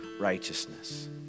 righteousness